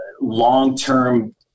long-term